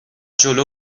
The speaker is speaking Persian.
جلو